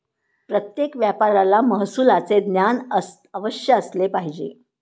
प्रत्येक व्यापाऱ्याला महसुलाचे ज्ञान अवश्य असले पाहिजे